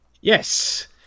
Yes